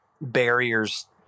barriers